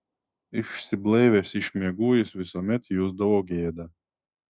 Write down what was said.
išsiblaivęs iš miegų jis visuomet jausdavo gėdą